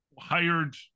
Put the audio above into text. hired